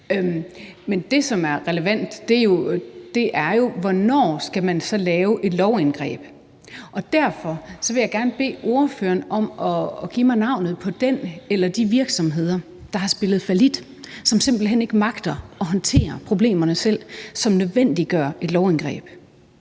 Men det, som er relevant, er jo, hvornår man så skal lave et lovindgreb. Derfor vil jeg gerne bede ordføreren om at give mig navnet på den eller de virksomheder, der har spillet fallit, og som simpelt hen ikke magter at håndtere problemerne selv, hvilket nødvendiggør et lovindgreb.